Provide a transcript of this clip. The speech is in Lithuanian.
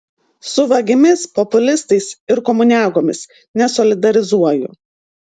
su vagimis populistais ir komuniagomis nesolidarizuoju